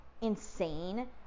insane